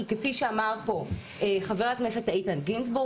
כי כפי שאמר פה חבר הכנסת איתן גינזבורג